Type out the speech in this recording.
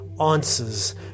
answers